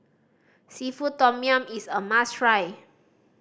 seafood tom yum is a must try